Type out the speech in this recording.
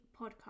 Podcast